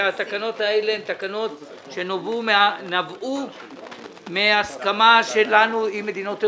שהתקנות האלה הן תקנות שנבעו מהסכמה שלנו עם מדינות אירופה.